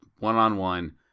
One-on-one